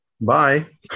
Bye